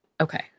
Okay